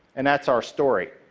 and that's our story.